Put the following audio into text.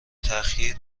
تاخیر